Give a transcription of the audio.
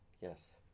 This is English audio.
Yes